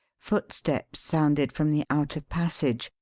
footsteps sounded from the outer passage,